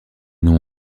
noms